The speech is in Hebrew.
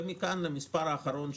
ומכאן נעבור למספר האחרון,